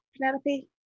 Penelope